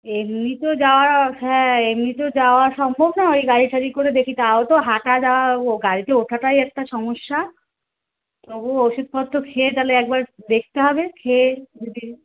এমনি তো যাওয়ার হ্যাঁ এমনি তো যাওয়া সম্ভব না ওই গাড়ি ঠাড়ি করে দেখি তাও তো হাঁটা যাওয়া ও গাড়িতে ওঠাটাই একটা সমস্যা তবু ওষুধপত্র খেয়ে তাহলে একবার দেখতে হবে খেয়ে যদি